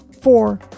Four